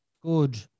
good